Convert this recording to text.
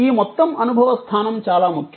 ఈ మొత్తం అనుభవ స్థానం చాలా ముఖ్యం